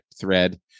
thread